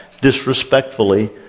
disrespectfully